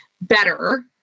better